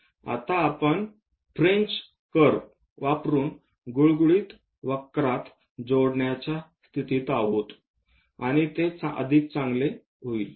आता आपण फ्रेंच वक्र वापरुन गुळगुळीत वक्रात जोडण्याचा स्थितीत आहोत आणि ते अधिक चांगले होईल